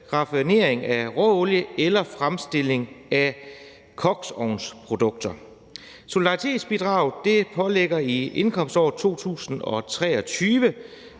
raffinering af råolie eller fremstilling af koksovnsprodukter. Solidaritetsbidraget pålægges i indkomståret 2023,